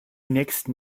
nächsten